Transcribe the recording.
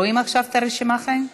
רואים עכשיו את הרשימה, חיים?